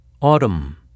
Autumn